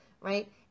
right